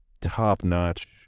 top-notch